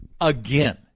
again